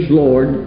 lord